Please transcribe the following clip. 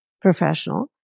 professional